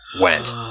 went